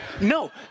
no